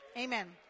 Amen